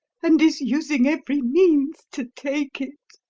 and is using every means to take it.